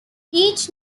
each